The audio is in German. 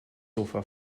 sofa